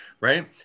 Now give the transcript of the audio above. right